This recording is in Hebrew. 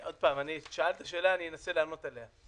שאלת שאלה ואנסה לענות עליה: